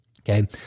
okay